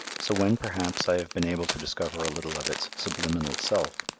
so when, perhaps, i have been able to discover a little of its subliminal self,